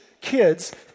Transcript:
kids